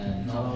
no